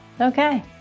okay